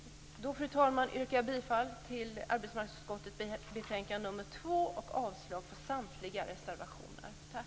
Fru talman! Jag yrkar bifall till hemställan i arbetsmarknadsutskottets betänkande nr 2 och avslag på samtliga reservationer.